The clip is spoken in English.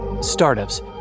Startups